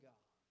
God